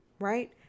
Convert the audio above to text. right